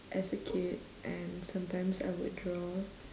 as a kid and sometimes I would draw